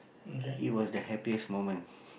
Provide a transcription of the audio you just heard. it was the happiest moment